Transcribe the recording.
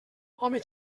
home